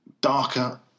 darker